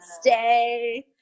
stay